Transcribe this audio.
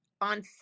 on